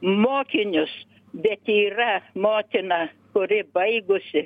mokinius bet yra motina kuri baigusi